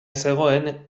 zegoen